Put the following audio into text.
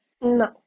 no